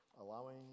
allowing